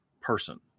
person